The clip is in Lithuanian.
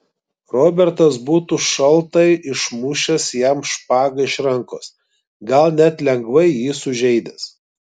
robertas būtų šaltai išmušęs jam špagą iš rankos gal net lengvai jį sužeidęs